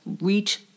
reach